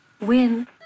Win